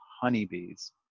honeybees